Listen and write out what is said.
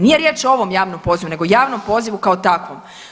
Nije riječ o ovom javnom pozivu, nego javnom pozivu kao takvom.